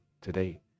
today